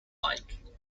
like